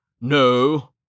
No